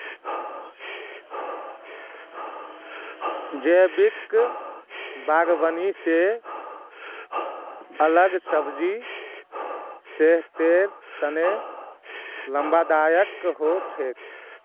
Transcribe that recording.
जैविक बागवानी से उगाल सब्जी सेहतेर तने लाभदायक हो छेक